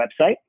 website